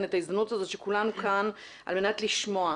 את ההזדמנות שכולנו כאן על מנת לשמוע,